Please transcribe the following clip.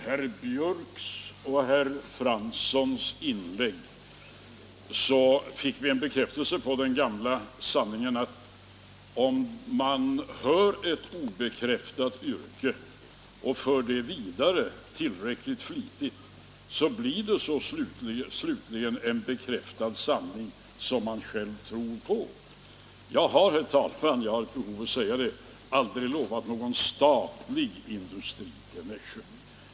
Herr talman! Både i herr Björcks i Nässjö och i herr Franssons inlägg fick man en bekräftelse på den gamla sanningen att om man har ett obekräftat rykte och för det vidare tillräckligt flitigt, så blir det slutligen en bekräftad sanning som man själv tror på. Jag har aldrig lovat någon statlig industri till Nässjö — jag har ett behov av att säga det.